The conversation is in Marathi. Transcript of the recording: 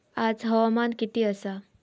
आज हवामान किती आसा?